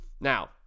Now